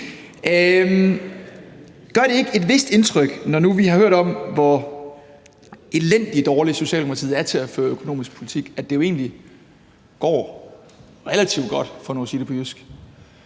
Gør det ikke et vist indtryk, når nu vi har hørt om, hvor elendig dårlige Socialdemokratiet er til at føre økonomisk politik, at det jo egentlig går relativt godt, for nu at sige det på jysk?